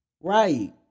Right